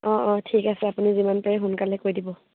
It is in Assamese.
অঁ অঁ ঠিক আছে আপুনি যিমান পাৰে সোনকালে কৰি দিব